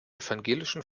evangelischen